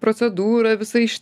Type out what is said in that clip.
procedūrą visa išt